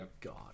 god